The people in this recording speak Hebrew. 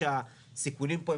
שהסיכונים פה,